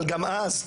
אבל גם אז,